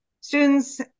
students